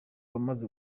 wamaze